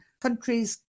countries